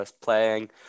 playing